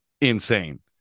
insane